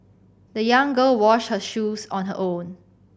the young girl washed her shoes on her own